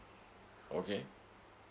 okay